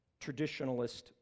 traditionalist